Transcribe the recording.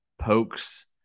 pokes